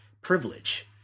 privilege